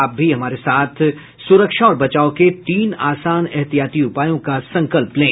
आप भी हमारे साथ सुरक्षा और बचाव के तीन आसान एहतियाती उपायों का संकल्प लें